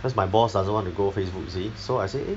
cause my boss doesn't want to go Facebook you see so I say eh